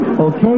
O'Kay